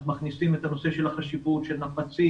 אנחנו מכניסים את הנושא של החשיבות של נפצים,